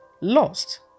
Lost